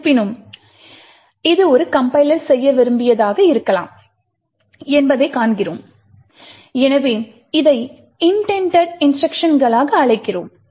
இருப்பினும் இது கம்பைலர் செய்ய விரும்பியதாக இருக்கலாம் என்பதைக் காண்கிறோம் எனவே இதை இன்டெண்டெட் இன்ஸ்ட்ருக்ஷன்களாக அழைக்கிறோம்